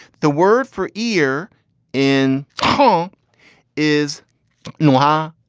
the word for ear in home is nuha,